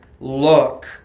look